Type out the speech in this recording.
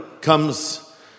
comes